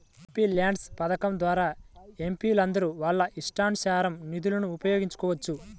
MPLADS పథకం ద్వారా ఎంపీలందరూ వాళ్ళ ఇష్టానుసారం నిధులను ఉపయోగించుకోవచ్చు